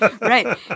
Right